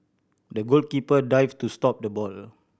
the goalkeeper dived to stop the ball